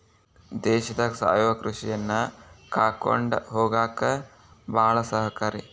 ದೇಶದಾಗ ಸಾವಯವ ಕೃಷಿಯನ್ನಾ ಕಾಕೊಂಡ ಹೊಗಾಕ ಬಾಳ ಸಹಕಾರಿ